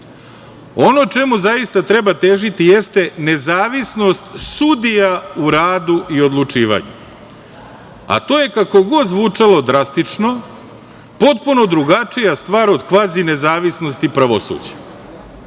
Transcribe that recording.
čemu zaista treba težiti jeste nezavisnost sudija u radu i odlučivanju, a to je kako god zvučalo drastično potpuno drugačija stvar od kvazi nezavisnosti pravosuđa.